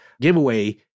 giveaway